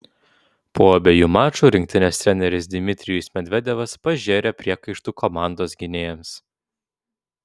po abiejų mačų rinktinės treneris dmitrijus medvedevas pažėrė priekaištų komandos gynėjams